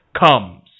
comes